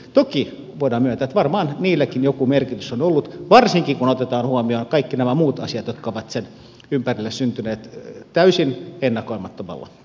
toki voidaan myöntää että varmaan niilläkin joku merkitys on ollut varsinkin kun otetaan huomioon kaikki nämä muut asiat jotka ovat sen ympärille syntyneet täysin ennakoimattomalla tavalla